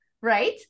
right